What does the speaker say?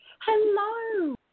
Hello